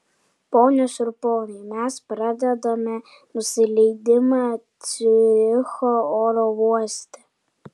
ponios ir ponai mes pradedame nusileidimą ciuricho oro uoste